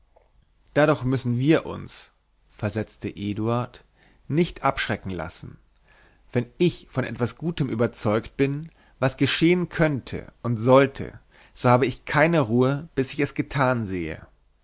dadurch müssen wir uns versetzte eduard nicht abschrecken lassen wenn ich von etwas gutem überzeugt bin was geschehen könnte und sollte so habe ich keine ruhe bis ich es getan sehe